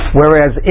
whereas